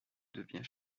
devient